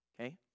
okay